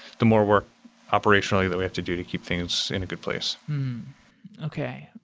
the more work operationally that we have to do to keep things in a good place okay.